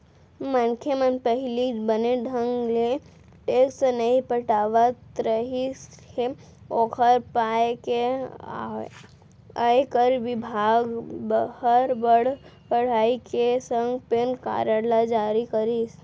मनखे मन पहिली बने ढंग ले टेक्स नइ पटात रिहिस हे ओकर पाय के आयकर बिभाग हर बड़ कड़ाई के संग पेन कारड ल जारी करिस